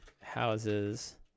houses